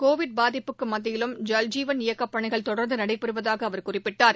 Covid பாதிப்புக்கு மத்தியிலும் ஜல்ஜீவன் இயக்கப் பணிகள் தொடர்ந்து நடைபெறுவதாக அவர் குறிப்பிட்டார்